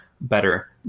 better